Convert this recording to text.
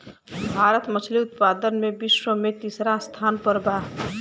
भारत मछली उतपादन में विश्व में तिसरा स्थान पर बा